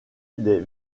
les